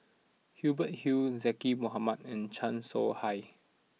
Hubert Hill Zaqy Mohamad and Chan Soh Ha